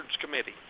Committee